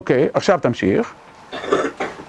אוקיי, עכשיו תמשיך.